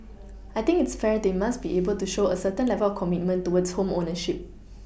I think it's fair they must be able to show a certain level of commitment towards home ownership